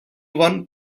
one